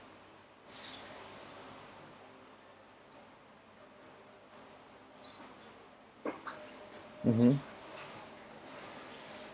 mmhmm